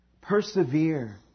Persevere